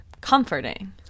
comforting